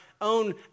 own